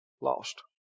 Lost